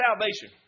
salvation